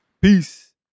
Peace